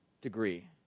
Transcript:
degree